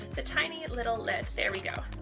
the tiny little lid. there we go,